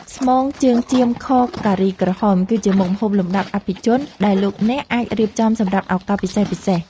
ស្មងជើងចៀម ខ ការីក្រហម គឺជាមុខម្ហូបលំដាប់អភិជនដែលលោកអ្នកអាចរៀបចំសម្រាប់ឱកាសពិសេសៗ។